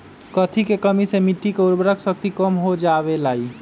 कथी के कमी से मिट्टी के उर्वरक शक्ति कम हो जावेलाई?